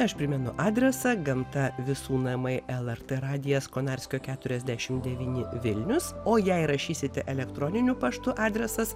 aš primenu adresą gamta visų namai lrt radijas konarskio keturiasdešim devyni vilnius o jei rašysite elektroniniu paštu adresas